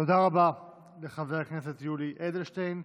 תודה רבה לחבר הכנסת יולי אדלשטיין.